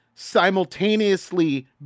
Simultaneously